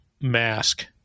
mask